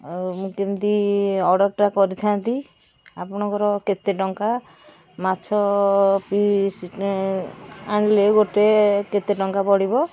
ଆଉ ମୁଁ କେମିତି ଅର୍ଡର୍ଟା କରିଥାନ୍ତି ଆପଣଙ୍କର କେତେ ଟଙ୍କା ମାଛ ପିସଟେ ଆଣିଲେ ଗୋଟେ କେତେ ଟଙ୍କା ପଡିବ